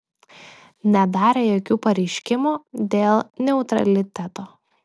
nedarė jokių pareiškimų dėl neutraliteto